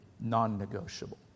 non-negotiable